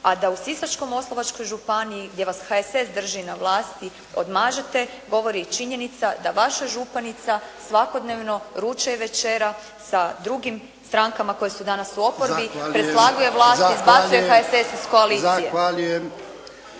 a da u Sisačko-moslavačkoj županiji gdje vas HSS drži na vlasti odmažete govori i činjenica da vaša županica svakodnevno ruča i večera sa drugim strankama koje su danas u oporbi, …/Govornica se ne razumije./… izbacuje HSS iz koalicije.